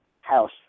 house